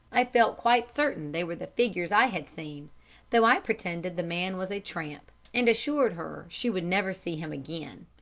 i felt quite certain they were the figures i had seen though i pretended the man was a tramp, and assured her she would never see him again.